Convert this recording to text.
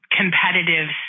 competitive